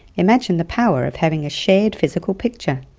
imagine the power of having a shared physical picture?